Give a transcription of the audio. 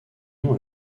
nom